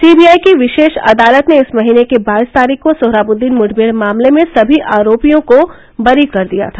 CBI की विशेष अदालत ने इस महीने की बाईस तारीख को सोहराबुद्दीन मुठनेड़ मामले में सभी आरोपियों को बरी कर दिया था